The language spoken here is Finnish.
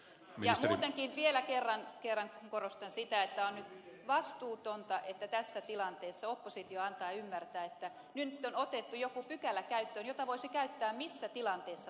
ja muutenkin vielä kerran korostan sitä että on vastuutonta että tässä tilanteessa oppositio antaa ymmärtää että nyt on otettu käyttöön jokin pykälä jota voisi käyttää missä tilanteessa tahansa